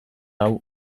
hau